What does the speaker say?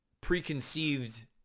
preconceived